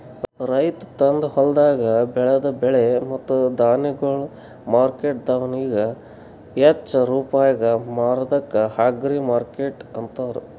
ರೈತ ತಂದು ಹೊಲ್ದಾಗ್ ಬೆಳದ ಬೆಳೆ ಮತ್ತ ಧಾನ್ಯಗೊಳ್ ಮಾರ್ಕೆಟ್ದವನಿಗ್ ಹಚ್ಚಾ ರೂಪಾಯಿಗ್ ಮಾರದ್ಕ ಅಗ್ರಿಮಾರ್ಕೆಟ್ ಅಂತಾರ